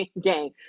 game